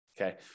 okay